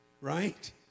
right